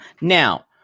Now